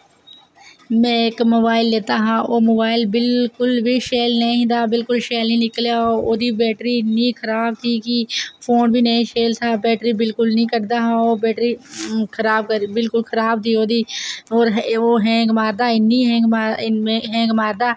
मैं इक मोबाइल लैता हा ओह् मोबाइल बिल्कुल बी शैल नेईं हा बिल्कुल शैल नेईं निकलेआ ओह् ओह्दी बैटरी इन्नी खराब ही कि फोन बी नेईं शैल हा बैटरी बिल्कुल निं कढदा हा ओह् बैटरी खराब करी बिल्कुल ही ओह्दी और ओह् हैंग मारदा इन्नी हैंग हैंग मारदा